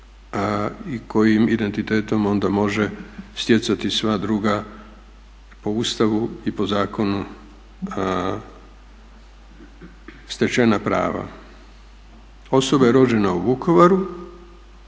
i kojim identitetom onda može stjecati sva druga po Ustavu i po zakonu stečena prava. Osobe rođene u Vukovaru